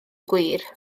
gwir